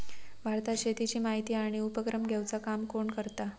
भारतात शेतीची माहिती आणि उपक्रम घेवचा काम कोण करता?